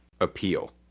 appeal